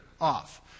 off